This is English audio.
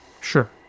Sure